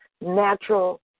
natural